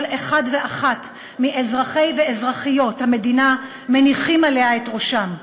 אחד ואחת מאזרחי ואזרחיות המדינה מניחים את ראשם.